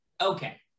Okay